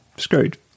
screwed